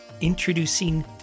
Introducing